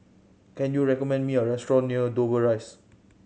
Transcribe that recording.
can you recommend me a restaurant near Dover Rise